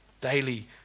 Daily